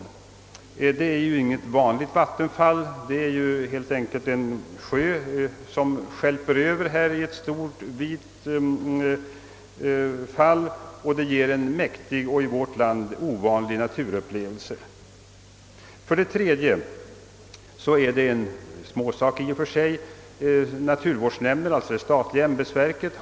Det är ju inte här fråga om något vanligt vattenfall, utan det rör sig helt enkelt om en sjö som flödar över i en annan genom ett stort och brett vattenfall, vilket ger en mäktig och i vårt land ovanlig naturupplevelse. Det tredje villkoret — i och för sig en småsak — framförs av naturvårdsnämnden, alltså det statliga ämbetsverket.